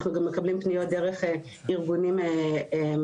אנחנו גם מקבלים פניות דרך ארגונים משיקים,